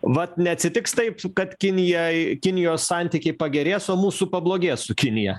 vat neatsitiks taip kad kinijai kinijos santykiai pagerės o mūsų pablogės su kinija